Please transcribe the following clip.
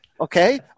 okay